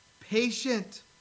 patient